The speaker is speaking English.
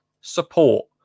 support